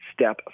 step